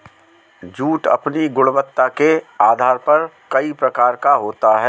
jute अपनी गुणवत्ता के आधार पर कई प्रकार का होता है